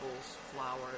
flour